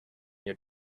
your